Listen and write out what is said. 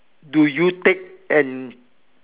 do you take and